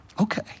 Okay